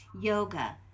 yoga